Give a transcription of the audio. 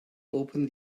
open